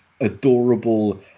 adorable